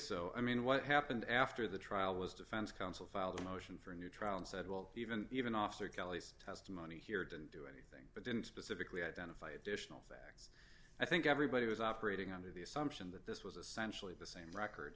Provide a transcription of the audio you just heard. so i mean what happened after the trial was defense counsel filed a motion for a new trial and said well even even officer kelly's testimony here didn't do anything but didn't specifically identify additional fact i think everybody was operating under the assumption that this was essentially the same record